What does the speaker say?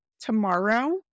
tomorrow